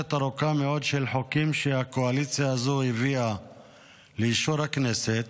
בשרשרת ארוכה מאוד של חוקים שהקואליציה הזו הביאה לאישור הכנסת,